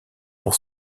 pour